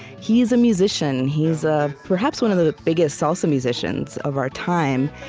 he's a musician. he's ah perhaps one of the biggest salsa musicians of our time,